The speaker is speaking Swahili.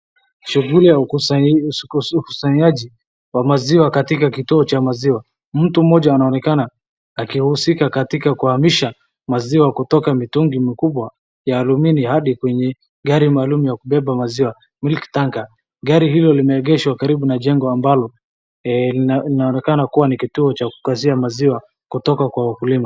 shughuli ya ukusanyaji wa maziwa katika kituo cha maziwa. Mtu mmoja anaonekana akihusika katika kuhamisha maziwa kutoka mitungi mikubwa ya Alumini hadi kwenye gari maaluma ya kubeba maziwa milk tanker[cs[.Gari hilo limeegeshwa karibu na jengo linaloonekna kuwa ni kituo la kukazia maziwa kutoka kwa wakulima.